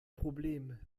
problem